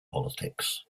politics